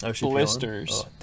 blisters